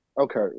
Okay